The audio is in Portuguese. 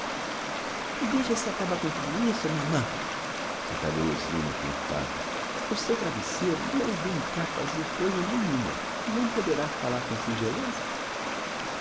veja se acaba com tudo isso mamã atalhou zina com enfado o seu travesseiro não vem cá fazer coisa nenhuma não poderá falar com singeleza